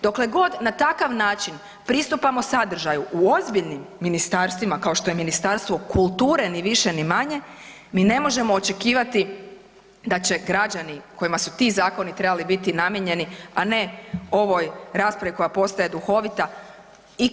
Dokle god na takav način pristupamo sadržaju u ozbiljnim ministarstvima kao što je Ministarstvo kulture ni više ni manje, mi ne možemo očekivati da će građani kojima su ti zakoni trebali biti namijenjeni, a ne ovoj raspravi koja postaje duhovita ikada moći poslužiti.